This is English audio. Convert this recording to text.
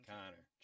Connor